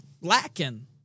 lacking